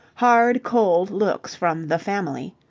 hard, cold looks from the family.